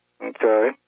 Okay